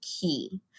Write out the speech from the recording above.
key